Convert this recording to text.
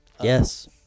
yes